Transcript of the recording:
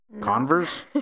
Converse